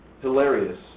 hilarious